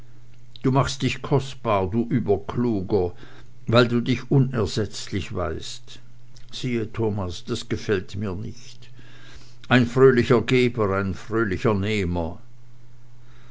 du machst dich kostbar du überkluger weil du dich unersetzlich weißt sieh thomas das gefällt mir nicht ein fröhlicher geber ein fröhlicher